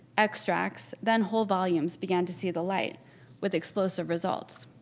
extracts then whole volumes began to see the light with explosive results.